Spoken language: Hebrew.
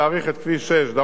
במקרה הזה דרומה,